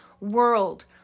world